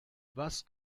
was